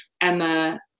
Emma